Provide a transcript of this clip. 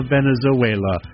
Venezuela